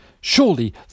Surely